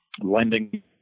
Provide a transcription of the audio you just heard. lending